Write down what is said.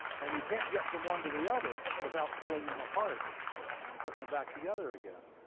and you can't get from one to the other without pulling them apart and putting them back together again.